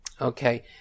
Okay